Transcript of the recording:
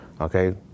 Okay